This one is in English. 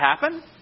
happen